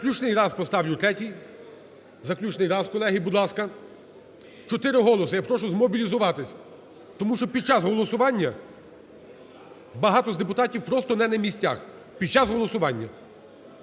Заключний раз поставлю, третій, заключний раз, колеги, будь ласка. Чотири голоси, я прошу змобілізуватися, тому що під час голосування багато з депутатів просто не на місцях, під час голосування.